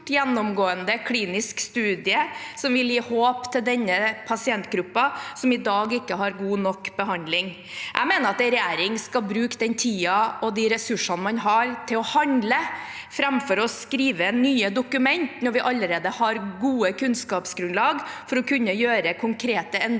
gjennomgående klinisk studie som vil gi håp til denne pasientgruppen, som i dag ikke har god nok behandling. Jeg mener at en regjering skal bruke den tiden og de ressursene man har, til å handle framfor å skrive nye dokumenter, når vi allerede har gode kunnskapsgrunnlag for å kunne gjøre konkrete endringer